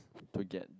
forget